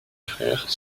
frères